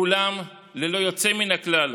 כולם, ללא יוצא מן הכלל,